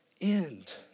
end